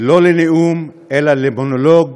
לא לנאוּם אלא למונולוג